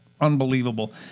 unbelievable